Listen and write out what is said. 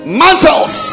mantles